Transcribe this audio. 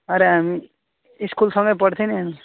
अरे हामी स्कुल सँगै पढ्थौँ नि